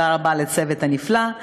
אז באמת תודה רבה לצוות הנפלא.